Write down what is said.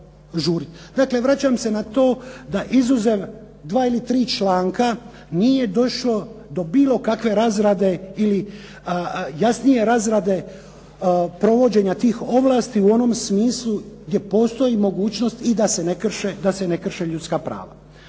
Dakle, vraćam se na to da izuzev dva ili tri članka nije došlo do bilo kakve razrade ili jasnije razrade provođenja tih ovlasti u onom smislu gdje postoji mogućnost i da se ne krše ljudska prava.